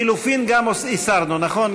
לחלופין גם הסרנו, נכון?